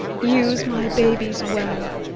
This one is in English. use my babies well!